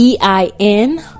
EIN